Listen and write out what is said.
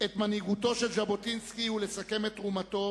את מנהיגותו של ז'בוטינסקי ולסכם את תרומתו